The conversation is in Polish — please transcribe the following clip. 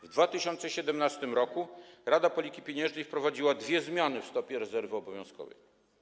W 2017 r. Rada Polityki Pieniężnej wprowadziła dwie zmiany w stopie rezerwy obowiązkowej.